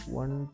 one